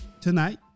Tonight